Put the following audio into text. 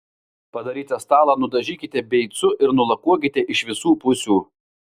padarytą stalą nudažykite beicu ir nulakuokite iš visų pusių